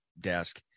desk